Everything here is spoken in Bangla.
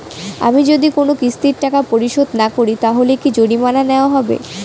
আমি যদি কোন কিস্তির টাকা পরিশোধ না করি তাহলে কি জরিমানা নেওয়া হবে?